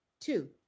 Two